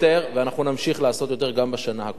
ואנחנו נמשיך לעשות יותר גם בשנה הקרובה.